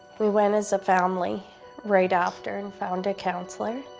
we went as a family right after and found a counselor.